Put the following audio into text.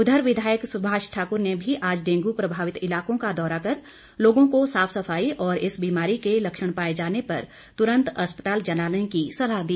उघर विघायक सुभाष ठाकुर ने भी आज डेंगू प्रभावित इलाकों का दौरा कर लोगों को साफ सफाई और इस बीमारी के लक्षण पाए जाने पर तुरंत अस्पताल जाने की सलाह दी